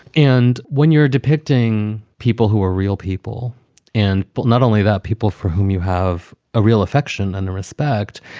and when you're depicting people who are real people and but not only that, people for whom you have a real affection and the respect.